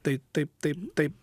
tai taip taip taip